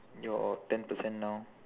your ten percent now